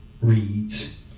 Reads